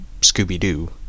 scooby-doo